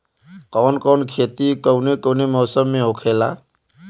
कवन कवन खेती कउने कउने मौसम में होखेला?